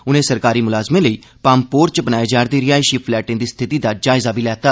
उनें सरकारी मुलाज़में लेई पाम्पोर च बनाए जा'रदे रिहायशी पलैटें दी स्थिति दा जायजा बी लैता